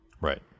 Right